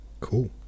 Cool